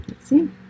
see